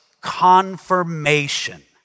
confirmation